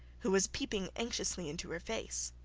who was peeping anxiously into her face.